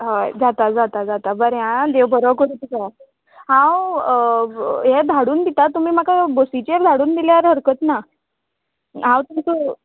हय जाता जाता जाता बरें आं देव बोरो कोरूं तुका हांव यें धाडून दिता तुमी म्हाका बसीचेर धाडून दिल्यार हरकत ना हांव तुमका